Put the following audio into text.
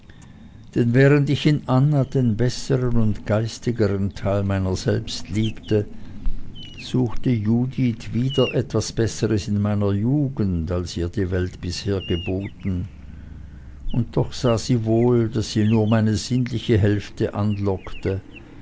denn während ich in anna den bessern und geistigern teil meiner selbst liebte suchte judith wieder etwas besseres in meiner jugend als ihr die welt bisher geboten und doch sah sie wohl daß sie nur meine sinnliche hälfte anlockte